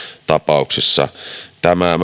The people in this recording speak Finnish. tapauksissa tämä